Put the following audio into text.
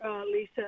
Lisa